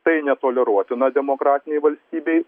tai netoleruotina demokratinėj valstybėj